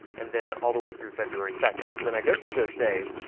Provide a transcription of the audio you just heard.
and then all the way through february second, so then i go through those days,